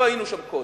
לא היינו שם קודם,